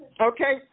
Okay